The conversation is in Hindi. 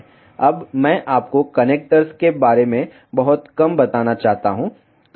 अब मैं आपको कनेक्टर्स के बारे में बहुत कम बताना चाहता हूं